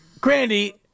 Grandy